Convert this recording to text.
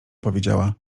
powiedziała